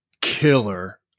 killer